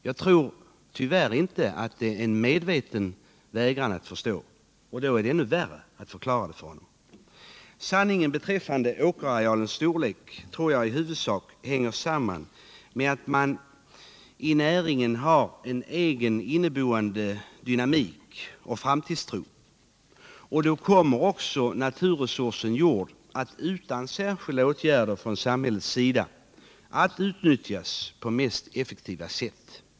Jag tror 23 tyvärr inte att det är en medveten vägran att förstå, vilket ytterligare komplicerar ambitionen att förklara för honom. Sanningen beträffande åkerarealens storlek hänger i huvudsak samman med att man i näringen har en egen inneboende dynamik och framtidstro, och då kommer också naturresursen jord att utan särskilda åtgärder från samhällets sida utnyttjas på mest effektiva sätt.